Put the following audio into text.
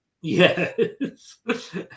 Yes